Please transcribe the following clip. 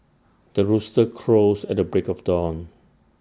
the rooster crows at the break of dawn